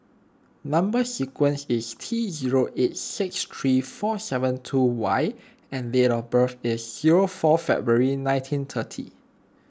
Number Sequence is T zero eight six three four seven two Y and date of birth is zero four February nineteen thirty